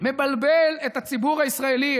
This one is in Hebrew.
מבלבל את הציבור הישראלי,